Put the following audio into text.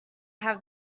have